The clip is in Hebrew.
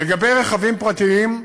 לגבי רכבים פרטיים,